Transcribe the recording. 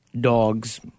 dogs